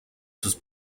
sus